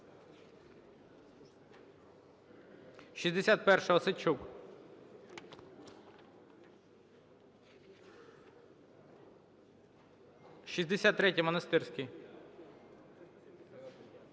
61-а, Осадчук. 63-я, Монастирський.